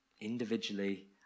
Individually